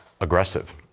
aggressive